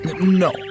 No